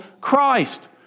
Christ